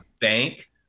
bank